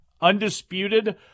Undisputed